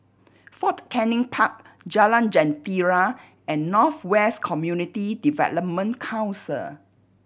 Fort Canning Park Jalan Jentera and North West Community Development Council